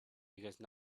because